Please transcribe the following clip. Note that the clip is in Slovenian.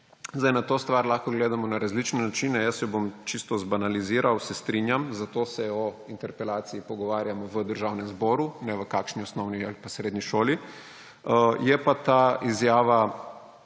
Okej. Na to stvar lahko gledamo na različne načine, jaz jo bom čisto zbanaliziral. Se strinjam, zato se o interpelaciji pogovarjamo v Državnem zboru, ne v kakšni osnovni ali pa srednji šoli, je pa ta izjava